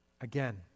again